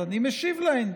אז אני משיב להן.